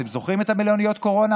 אתם זוכרים את מלוניות הקורונה?